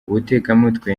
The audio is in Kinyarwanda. ubutekamutwe